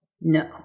No